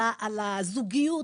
על הזוגיות,